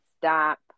stop